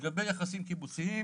לגבי יחסים קיבוציים: